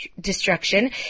destruction